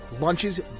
Lunches